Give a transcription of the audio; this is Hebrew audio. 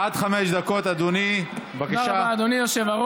בעד 47,